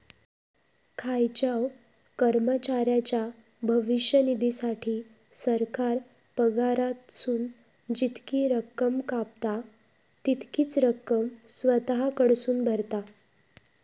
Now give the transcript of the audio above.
खायच्याव कर्मचाऱ्याच्या भविष्य निधीसाठी, सरकार पगारातसून जितकी रक्कम कापता, तितकीच रक्कम स्वतः कडसून भरता